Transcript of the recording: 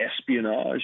espionage